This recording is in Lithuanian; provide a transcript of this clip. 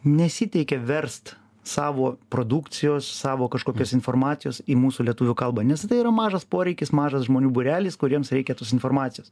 nesiteikia verst savo produkcijos savo kažkokios informacijos į mūsų lietuvių kalbą nes tai yra mažas poreikis mažas žmonių būrelis kuriems reikia tos informacijos